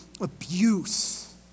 abuse